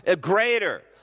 greater